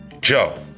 Joe